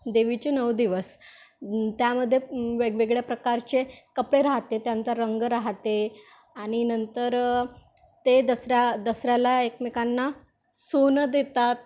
देवीचे नऊ दिवस त्यामध्ये वेगवेगळ्या प्रकारचे कपडे राहते त्यानंतर रंग राहते आणि नंतर ते दसऱ्या दसऱ्याला एकमेकांना सोनं देतात